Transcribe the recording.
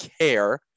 care